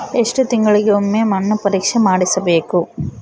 ಎಷ್ಟು ತಿಂಗಳಿಗೆ ಒಮ್ಮೆ ಮಣ್ಣು ಪರೇಕ್ಷೆ ಮಾಡಿಸಬೇಕು?